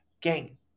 Gang